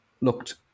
looked